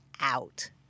out